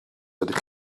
ydych